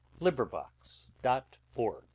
LibriVox.org